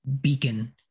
beacon